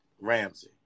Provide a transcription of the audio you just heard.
Ramsey